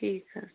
ٹھیٖک حظ چھُ